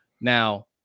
Now